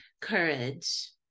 courage